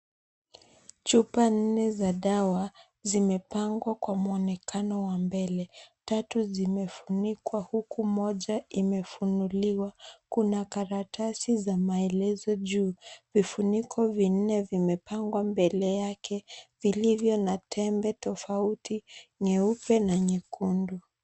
Chupa nne za dawa zimepangwa kwa muonekano wa mbele. Tatu zimefunikwa huku moja imefunuliwa. Kuna karatasi za maelezo juu. Vifuniko vinne vimepangwa mbele yake vilivyo na tembe tofauti, nyeupe na nyekundu.